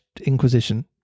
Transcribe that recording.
Inquisition